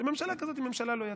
ממשלה כזאת היא ממשלה לא יציבה.